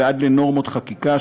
ועד לנורמות חקיקה,